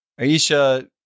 Aisha